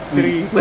Three